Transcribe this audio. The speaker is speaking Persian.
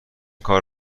کار